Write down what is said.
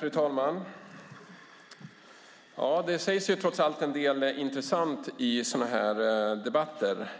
Fru talman! Det sägs trots allt en del intressant i sådana här debatter.